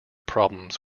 problems